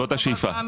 זאת השאיפה.